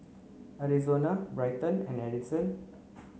Arizona Bryton and Addyson